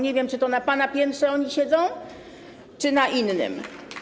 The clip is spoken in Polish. Nie wiem, czy to na pana piętrze oni siedzą, czy na innym.